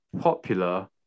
popular